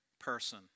person